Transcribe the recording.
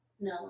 no